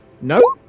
No